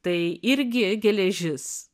tai irgi geležis